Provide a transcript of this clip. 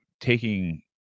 taking